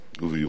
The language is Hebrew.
ובייחוד,